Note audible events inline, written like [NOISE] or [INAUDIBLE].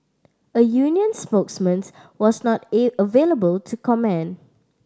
a union spokesman [UNINTELLIGIBLE] was not available to comment